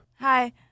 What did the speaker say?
hi